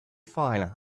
file